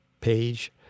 page